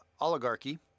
oligarchy